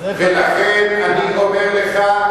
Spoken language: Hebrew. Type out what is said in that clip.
ולכן אני אומר לך,